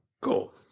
Cool